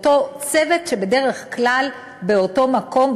אותו צוות שבדרך כלל באותו מקום,